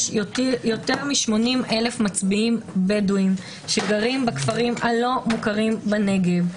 יש יותר מ-80,000 מצביעים בדואים שגרים בכפרים הלא מוכרים בנגב.